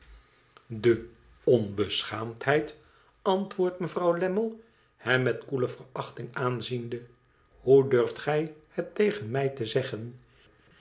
de onbescbaaamheid antwoordde mevrouw lammie hem met koele verachtb aanziende hoe durft gij het tegen mij te zeggen